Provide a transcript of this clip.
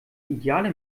ideale